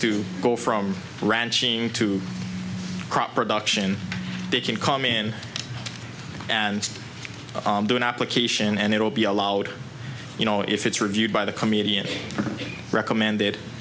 to go from ranching to crop production they can come in and do an application and it will be allowed you know if it's reviewed by the comedian recommended